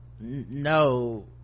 no